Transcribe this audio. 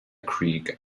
creek